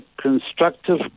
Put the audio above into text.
constructive